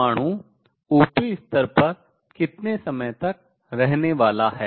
परमाणु ऊपरी स्तर पर कितने समय तक रहने वाला है